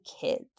kids